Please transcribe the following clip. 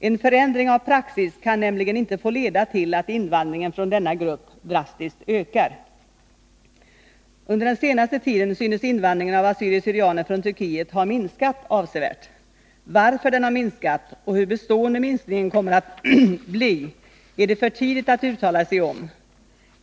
En förändring av praxis kan nämligen inte få leda till att invandringen från denna grupp drastiskt ökar. Under den senaste tiden synes invandringen av assyrier/syrianer från Turkiet ha minskat avsevärt. Varför den har minskat och hur bestående minskningen kommer att bli är det för tidigt att uttala sig om.